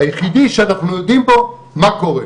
היחידי שאנחנו יודעים בו מה קורה.